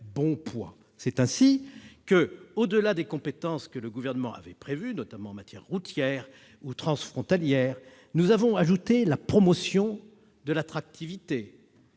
C'est ainsi que, au-delà des compétences que le Gouvernement avait prévues, notamment en matière routière ou transfrontalière, nous avons ajouté la promotion de l'attractivité,